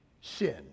sin